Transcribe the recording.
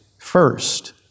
first